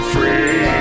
Free